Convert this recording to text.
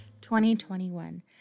2021